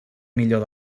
millor